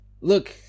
look